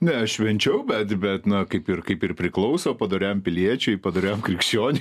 ne švenčiau bet bet na kaip ir kaip ir priklauso padoriam piliečiui padoriam krikščioniui